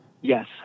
Yes